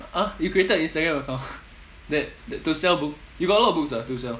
!huh! you created an instagram account that that to sell book you got a lot of books ah to sell